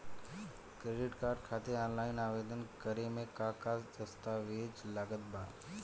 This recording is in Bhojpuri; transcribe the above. क्रेडिट कार्ड खातिर ऑफलाइन आवेदन करे म का का दस्तवेज लागत बा?